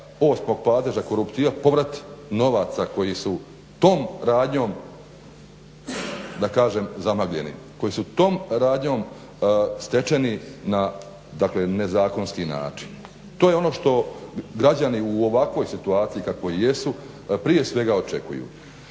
osmog padeža koruptiva povrat novaca koji su tom radnjom da kažem zamagljeni, koji su tom radnjom stečeni na nezakonit način. To je ono što građani u ovakvoj situaciji, kakvoj jesu prije svega očekuju.